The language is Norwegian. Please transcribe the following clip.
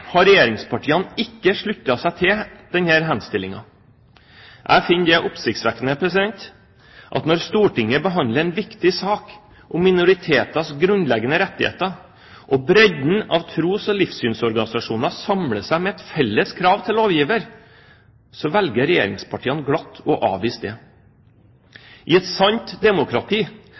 har regjeringspartiene ikke sluttet seg til denne henstillingen. Jeg finner det oppsiktsvekkende at når Stortinget behandler en viktig sak om minoritetenes grunnleggende rettigheter og bredden av tros- og livssynsorganisasjoner samler seg med et felles krav til lovgiver, velger regjeringspartiene glatt å avvise det. I et sant demokrati